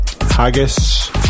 Haggis